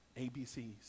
ABCs